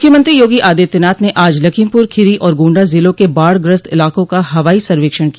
मुख्यमंत्री योगी आदित्यनाथ ने आज लखीमपूर खीरी और गोंडा ज़िलों के बाढ़ ग्रस्त इलाकों का हवाई सर्वेक्षण किया